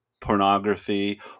pornography